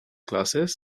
classes